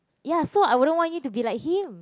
ya so I wouldn't want you to be like him